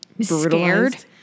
scared